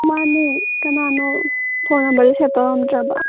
ꯃꯥꯅꯦ ꯀꯅꯥꯅꯣ ꯐꯣꯟ ꯅꯝꯕꯔꯁꯤ ꯁꯦꯞ ꯇꯧꯔꯝꯗ꯭ꯔꯕ